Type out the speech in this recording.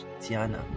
Tiana